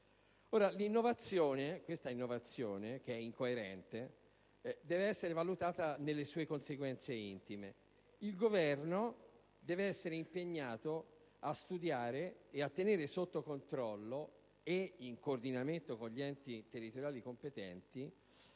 innovazione, che è incoerente, deve essere valutata nelle sue conseguenze dirette: il Governo deve essere impegnato a studiare e a tenere sotto controllo, in coordinamento con gli enti territoriali competenti,